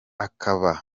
akaba